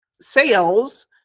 sales